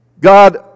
God